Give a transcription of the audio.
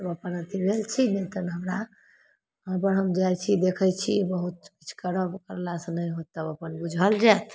सब अपन अथी भेल छी नहि तऽ हमरा घरपर हम जाइ छी देखय छी बहुत किछु करब करलासँ नहि होत तब अपन बुझल जायत